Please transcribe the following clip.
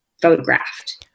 photographed